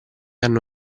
hanno